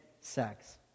sex